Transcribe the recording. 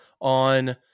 on